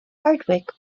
hardwick